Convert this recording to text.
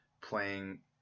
playing